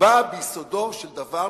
ביסודו של דבר,